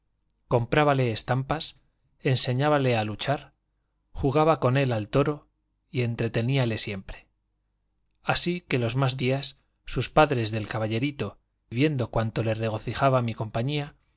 comía comprábale estampas enseñábale a luchar jugaba con él al toro y entreteníale siempre así que los más días sus padres del caballerito viendo cuánto le regocijaba mi compañía